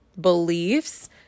beliefs